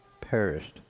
perished